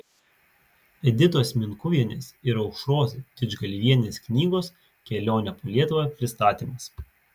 editos minkuvienės ir aušros didžgalvienės knygos kelionė po lietuvą pristatymas